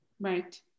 Right